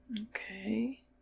Okay